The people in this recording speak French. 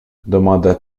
demanda